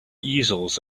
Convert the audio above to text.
easels